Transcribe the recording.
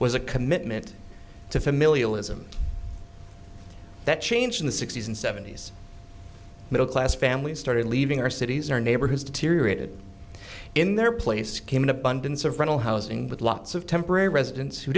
was a commitment to familial ism that changed in the sixty's and seventy's middle class families started leaving our cities our neighbor has deteriorated in their place came an abundance of rental housing with lots of temporary residents who